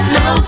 no